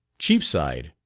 cheapside,